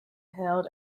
held